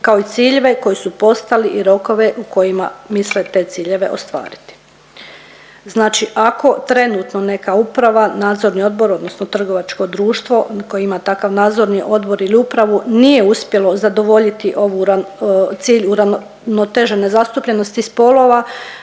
kao i ciljeve koje su postavili i rokove u kojima misle te ciljeve ostvariti. Znači ako trenutno neka uprava, nadzorni odbor odnosno trgovačko društvo koje ima takav nadzorni odbor ili upravu nije uspjelo zadovoljiti ovu cilj uravnoteženosti zastupljenosti spolova